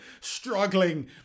struggling